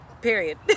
period